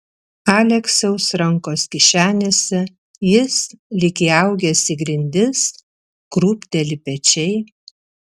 aleksiaus rankos kišenėse jis lyg įaugęs į grindis krūpteli pečiai